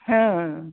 हं